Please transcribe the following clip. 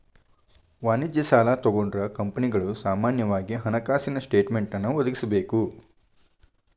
ವಾಣಿಜ್ಯ ಸಾಲಾ ತಗೊಂಡ್ರ ಕಂಪನಿಗಳು ಸಾಮಾನ್ಯವಾಗಿ ಹಣಕಾಸಿನ ಸ್ಟೇಟ್ಮೆನ್ಟ್ ಒದಗಿಸಬೇಕ